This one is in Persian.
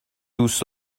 دوست